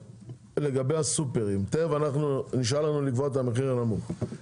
נשאר לנו לקבוע את המחיר הנמוך.